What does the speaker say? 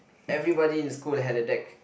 everybody in school had a deck